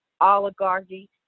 oligarchy